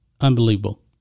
Unbelievable